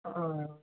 ओ